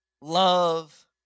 love